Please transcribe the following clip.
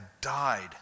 died